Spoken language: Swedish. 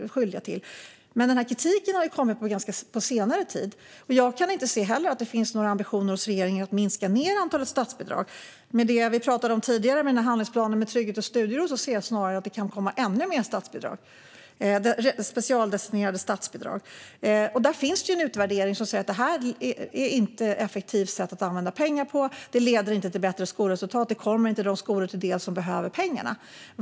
Men kritiken har kommit på senare tid. Jag kan inte heller se att det finns några ambitioner hos regeringen att minska antalet statsbidrag. I samband med det vi talade om tidigare, handlingsplanen för trygghet och studiero, ser jag snarare att det kan komma ännu fler specialdestinerade statsbidrag. Det finns en utvärdering som säger att detta inte är ett effektivt sätt att använda pengar. Det leder inte till bättre skolresultat och kommer inte de skolor till del som behöver pengarna.